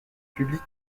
public